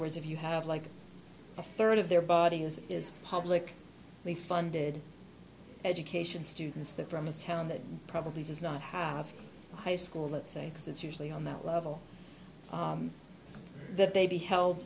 words if you have like a third of their body as is public they funded education students that from his town that probably does not have a high school let's say because it's usually on that level that they be held